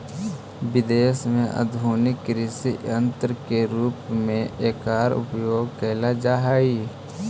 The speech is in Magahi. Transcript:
विदेश में आधुनिक कृषि सन्यन्त्र के रूप में एकर उपयोग कैल जाइत हई